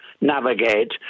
navigate